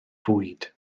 fwyd